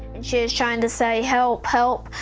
she was trying to say, help, help,